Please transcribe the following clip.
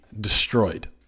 destroyed